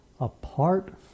Apart